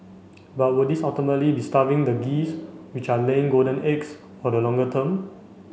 but would this ultimately be starving the geese which are laying golden eggs for the longer term